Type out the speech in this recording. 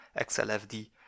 xlfd